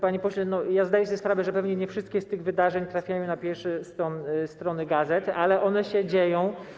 Panie pośle, zdaję sobie sprawę, że pewnie nie wszystkie z tych wydarzeń trafiają na pierwsze strony gazet, ale one się dzieją.